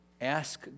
ask